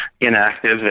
inactive